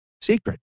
secret